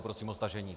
Prosím o stažení.